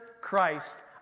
Christ